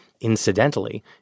incidentally